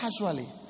casually